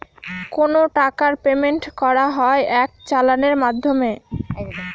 কোনো টাকার পেমেন্ট করা হয় এক চালানের মাধ্যমে